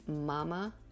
mama